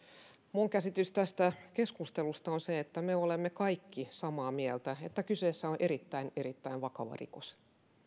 minun käsitykseni tästä keskustelusta on se että me olemme kaikki samaa mieltä että kyseessä on erittäin erittäin vakava rikos